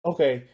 Okay